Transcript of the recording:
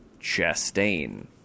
Chastain